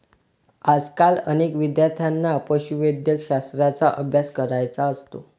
आजकाल अनेक विद्यार्थ्यांना पशुवैद्यकशास्त्राचा अभ्यास करायचा असतो